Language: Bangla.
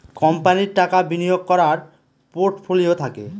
কোম্পানির টাকা বিনিয়োগ করার পোর্টফোলিও থাকে